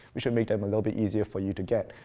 we should make them a little bit easier for you to get.